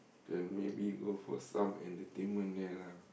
then maybe go for some entertainment there lah